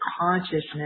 consciousness